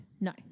No